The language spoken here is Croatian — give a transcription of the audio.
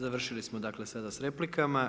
Završili smo sada sa replikama.